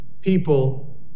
people